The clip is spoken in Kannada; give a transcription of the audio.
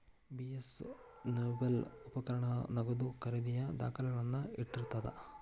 ಬಿ.ಎಸ್ ನೆಗೋಬಲ್ ಉಪಕರಣಗಳ ನಗದು ಖರೇದಿಯ ದಾಖಲೆಗಳನ್ನ ಇಟ್ಟಿರ್ತದ